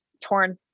torn